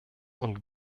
und